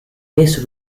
this